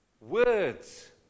words